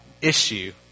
issue